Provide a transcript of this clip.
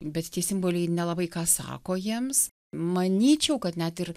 bet tie simboliai nelabai ką sako jiems manyčiau kad net ir